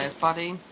Buddy